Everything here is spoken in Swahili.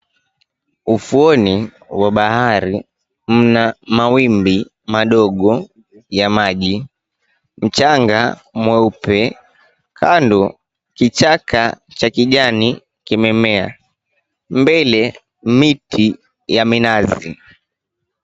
Ufuoni wa bahari mna mawimbi madogo ya maji. Mchanga mweupe. Kando kichaka cha kijani kimemea. Mbele miti ya minazi.